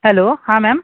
hello हां ma'am